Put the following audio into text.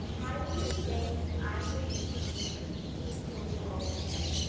my name is jane, and i'm going to be playing two pieces for you all today.